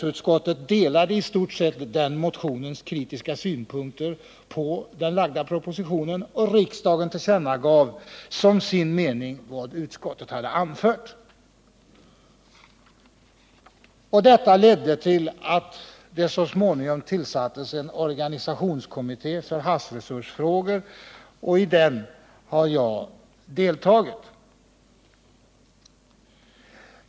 Detta ledde till att det så småningom tillsattes en organisationskommitté för havsresursfrågor, och i den har jag deltagit.